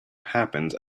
happens